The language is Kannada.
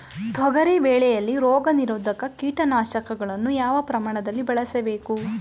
ತೊಗರಿ ಬೆಳೆಯಲ್ಲಿ ರೋಗನಿರೋಧ ಕೀಟನಾಶಕಗಳನ್ನು ಯಾವ ಪ್ರಮಾಣದಲ್ಲಿ ಬಳಸಬೇಕು?